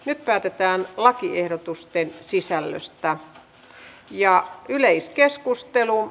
nyt päätetään lakiehdotuksen sisällöstä